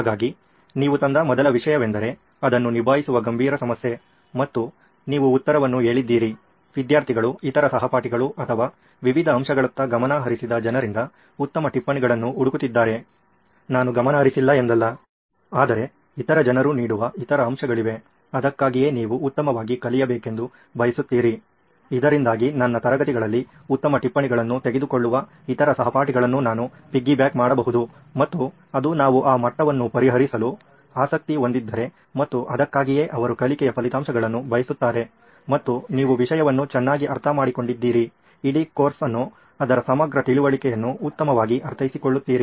ಹಾಗಾಗಿ ನೀವು ತಂದ ಮೊದಲ ವಿಷಯವೆಂದರೆ ಅದನ್ನು ನಿಭಾಯಿಸುವ ಗಂಭೀರ ಸಮಸ್ಯೆ ಮತ್ತು ನೀವು ಉತ್ತರವನ್ನು ಹೇಳಿದ್ದೀರಿ ವಿದ್ಯಾರ್ಥಿಗಳು ಇತರ ಸಹಪಾಠಿಗಳು ಅಥವಾ ವಿವಿಧ ಅಂಶಗಳತ್ತ ಗಮನ ಹರಿಸಿದ ಜನರಿಂದ ಉತ್ತಮ ಟಿಪ್ಪಣಿಗಳನ್ನು ಹುಡುಕುತ್ತಿದ್ದಾರೆ ನಾನು ಗಮನ ಹರಿಸಿಲ್ಲ ಎಂದಲ್ಲ ಆದರೆ ಇತರ ಜನರು ನೀಡುವ ಇತರ ಅಂಶಗಳಿವೆ ಅದಕ್ಕಾಗಿಯೇ ನೀವು ಉತ್ತಮವಾಗಿ ಕಲಿಯಬೇಕೆಂದು ಬಯಸುತ್ತೀರಿ ಇದರಿಂದಾಗಿ ನನ್ನ ತರಗತಿಯಲ್ಲಿ ಉತ್ತಮ ಟಿಪ್ಪಣಿಗಳನ್ನು ತೆಗೆದುಕೊಳ್ಳುವ ಇತರ ಸಹಪಾಠಿಗಳನ್ನು ನಾನು ಪಿಗ್ಗಿಬ್ಯಾಕ್ ಮಾಡಬಹುದು ಮತ್ತು ಅದು ನಾವು ಆ ಮಟ್ಟವನ್ನು ಪರಿಹರಿಸಲು ಆಸಕ್ತಿ ಹೊಂದಿದ್ದರೆ ಮತ್ತು ಅದಕ್ಕಾಗಿಯೇ ಅವರು ಕಲಿಕೆಯ ಫಲಿತಾಂಶಗಳನ್ನು ಬಯಸುತ್ತಾರೆ ಮತ್ತು ನೀವು ವಿಷಯವನ್ನು ಚೆನ್ನಾಗಿ ಅರ್ಥಮಾಡಿಕೊಂಡಿದ್ದೀರಿ ಇಡೀ ಕೋರ್ಸ್ ಅನ್ನು ಅದರ ಸಮಗ್ರ ತಿಳುವಳಿಕೆಯನ್ನು ಉತ್ತಮವಾಗಿ ಅರ್ಥೈಸಿಕೊಳ್ಳುತ್ತೀರಿ